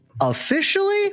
officially